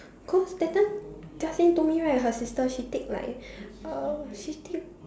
cause that time Jia Xin told me right her sister she take like uh she take